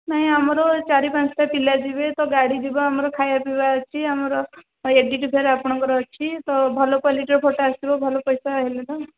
ନାଇଁ ଆମର ଚାରି ପାଞ୍ଚଟା ପିଲା ଯିବେ ତ ଗାଡ଼ି ଯିବ ଆମର ଖାଇବା ପିଇବା ଅଛି ଆମର ଏଡ଼ିଟ୍ ଫେର ଆପଣଙ୍କର ଅଛି ତ ଭଲ କ୍ୱାଲିଟିର ଫୋଟ ଆସିବ ଭଲ ପଇସା ହେଲେ ତ